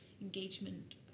engagement